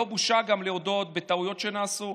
לא בושה גם להודות בטעויות שנעשו,